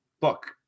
book